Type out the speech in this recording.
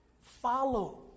Follow